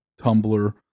tumblr